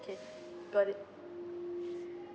okay got it